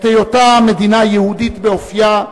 את היותה מדינה יהודית באופיה,